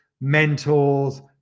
mentors